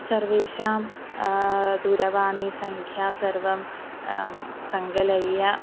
सर्वेषां दूरवाणीसङ्ख्या सर्वं सङ्कलय्य